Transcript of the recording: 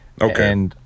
Okay